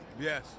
Yes